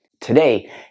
Today